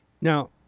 now